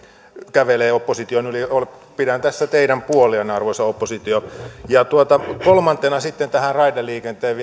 kävelee opposition yli pidän tässä teidän puolianne arvoisa oppositio ja kolmantena sitten tähän raideliikenteeseen